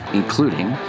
including